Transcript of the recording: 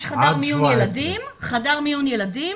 יש חדר מיון ילדים.